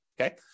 okay